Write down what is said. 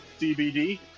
CBD